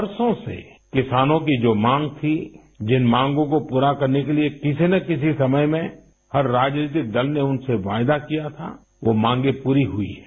बरसों से किसानों की जो मांग थी जिन मांगो को पूरा करने के लिए किसी न किसी समय में हर राजनीतिक दल ने उनसे वायदा किया था वो मांगे पूरी हुई हैं